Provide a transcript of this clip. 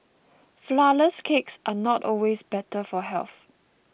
Flourless Cakes are not always better for health